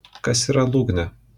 kas yra lūgnė